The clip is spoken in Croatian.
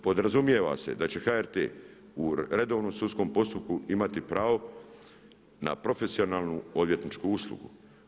Podrazumijeva se da će HRT u redovnom sudskom postupku imati pravo na profesionalnu odvjetničku uslugu.